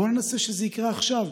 בוא ננסה שזה יקרה עכשיו,